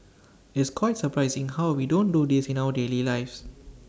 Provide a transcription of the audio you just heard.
it's quite surprising how we don't do this in our daily lives